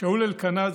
שאול אלקנה,